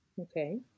Okay